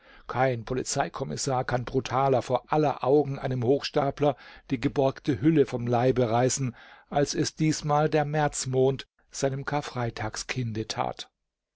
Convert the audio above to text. kein polizeikommissar kann brutaler vor aller augen einem hochstapler die geborgte hülle vom leibe reißen als es diesmal der märzmond seinem karfreitagskinde tat